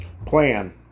plan